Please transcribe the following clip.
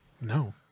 no